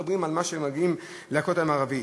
ואנחנו לא מדברים על אלה שמגיעים לכותל המערבי.